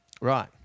Right